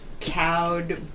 cowed